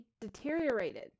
deteriorated